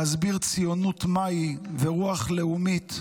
להסביר ציונות מהי ורוח לאומית,